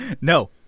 No